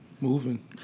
moving